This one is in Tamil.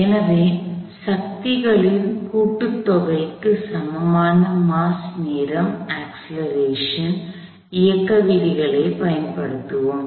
எனவே சக்திகளின் கூட்டுத்தொகை க்கு சமமான மாஸ் நேரம் அக்ஸ்லெரேஷன் இயக்க விதிகளைப் பயன்படுத்துவோம்